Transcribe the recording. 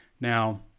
Now